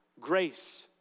Grace